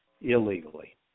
illegally